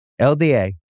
LDA